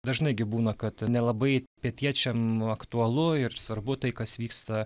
dažnai gi būna kad nelabai pietiečiam aktualu ir svarbu tai kas vyksta